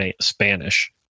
Spanish